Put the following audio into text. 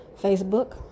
Facebook